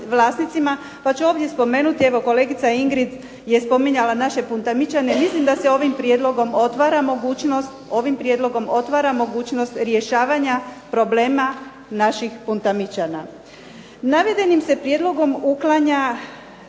Pa ću ovdje spomenuti, evo kolegica Ingrid je spominjala naše Puntamičane, mislim da se ovim prijedlogom otvara mogućnost rješavanja problema naših Puntamičana. Navedenim se prijedlogom uklanja